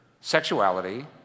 sexuality